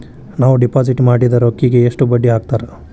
ನಾವು ಡಿಪಾಸಿಟ್ ಮಾಡಿದ ರೊಕ್ಕಿಗೆ ಎಷ್ಟು ಬಡ್ಡಿ ಹಾಕ್ತಾರಾ?